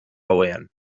gauean